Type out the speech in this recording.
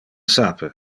sape